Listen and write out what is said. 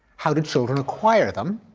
how do children acquire them?